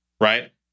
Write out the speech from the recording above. right